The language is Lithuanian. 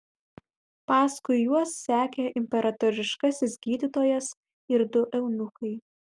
paskui juos sekė imperatoriškasis gydytojas ir du eunuchai